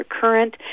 current